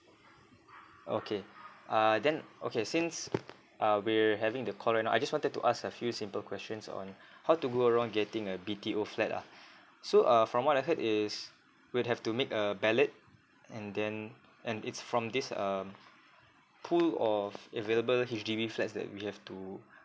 okay uh then okay since uh we're having the call right now I just wanted to ask a few simple questions on how to go around getting a B_T_O flat lah so uh from what I heard is we'd have to make a ballot and then and it's from this um pool or available H_D_B flats that we have to